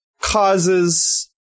causes